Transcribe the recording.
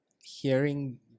hearing